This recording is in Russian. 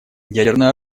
ядерное